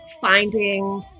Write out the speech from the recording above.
finding